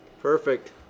Perfect